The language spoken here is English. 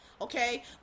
okay